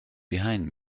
behind